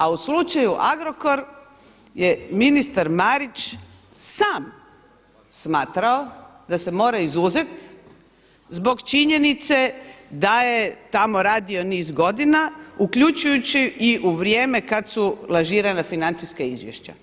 A u slučaju Agrokor je ministar Marić sam smatrao da se mora izuzet zbog činjenice da je tamo radio niz godina, uključujući i u vrijeme kada su lažirana financijska izvješća.